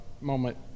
moment